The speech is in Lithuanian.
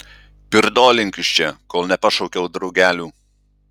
pirdolink iš čia kol nepašaukiau draugelių